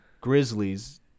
Grizzlies